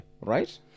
Right